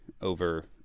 over